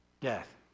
death